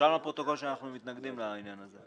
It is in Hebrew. שאנחנו מתנגדים לעניין הזה.